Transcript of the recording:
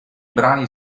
brani